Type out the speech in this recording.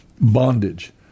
bondage